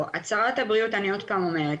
הצהרת הבריאות, אני שוב אומרת.